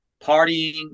Partying